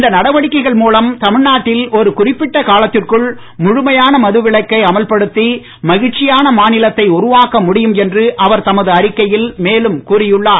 இந்த நடவடிக்கைகள் மூலம் தமிழ்நாட்டில் ஒரு குறிப்பிட்ட காலத்திற்குள் முழுமையான மதுவிலக்கை அமல்படுத்தி மகிழ்ச்சியான மாநிலத்தை உருவாக்க முடியும் என்று அவர் தமது அறிக்கையில் மேலும் கூறியுள்ளார்